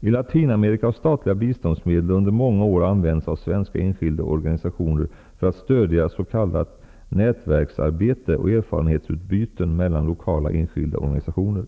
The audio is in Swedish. I Latinamerika har statliga biståndsmedel under många år använts av svenska enskilda organisationer för att stödja s.k. nätverksarbete och erfarenhetsutbyten mellan lokala enskilda organisationer.